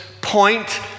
point